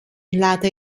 latter